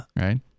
Right